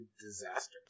disaster